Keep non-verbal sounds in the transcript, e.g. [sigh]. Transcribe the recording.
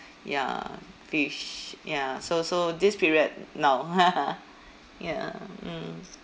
ya fish ya so so this period no [laughs] ya mm